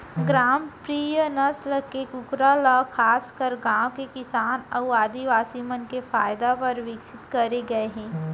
ग्रामप्रिया नसल के कूकरा ल खासकर गांव के किसान अउ आदिवासी मन के फायदा बर विकसित करे गए हे